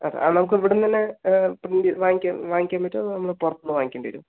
അത് ആ നമ്മുക്ക് ഇവിടുന്നന്നെ പ്രിൻറ്റ് വാങ്ങിക്കാ വാങ്ങിക്കാൻ പറ്റുമോ അതോ നമ്മള് പുറത്തുനിന്ന് വാങ്ങിക്കേണ്ടി വരുമോ